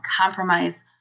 compromise